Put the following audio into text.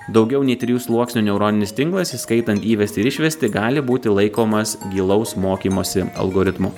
daugiau nei trijų sluoksnių neuroninis tinklas įskaitant įvestį ir išvestį gali būti laikomas gilaus mokymosi algoritmu